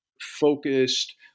focused